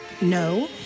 No